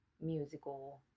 musical